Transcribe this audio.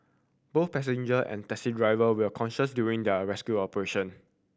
both passenger and taxi driver were conscious during the rescue operation